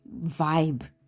vibe